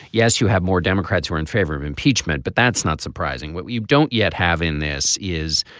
yes you have more democrats were in favor of impeachment but that's not surprising. what you don't yet have in this is